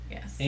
Yes